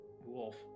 Wolf